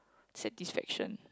satisfaction